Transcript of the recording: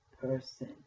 person